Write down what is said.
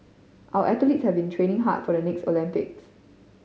our athletes have been training hard for the next Olympics